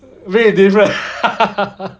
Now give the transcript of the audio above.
really different